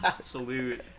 Salute